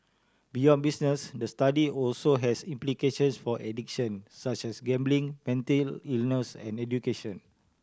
beyond business the study also has implications for addiction such as gambling mental illness and education